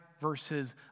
verses